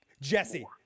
Jesse